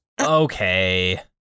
Okay